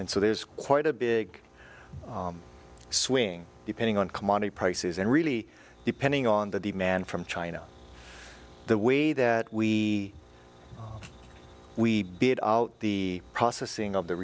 and so there's quite a big swing depending on commodity prices and really depending on the demand from china the way that we we bid the processing of the